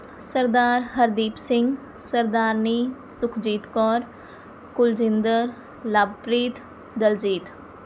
Sardar Hardeep Singh Sardarni Sukhjeet Kaur Kuljinder Lovepreet Daljit